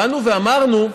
באנו ואמרנו: